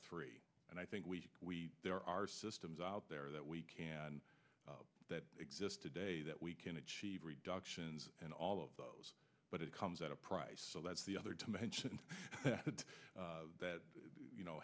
three and i think we we there are systems out there that we can that exist today that we can achieve reductions and all of those but it comes at a price so that's the other dimension that